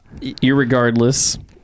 Irregardless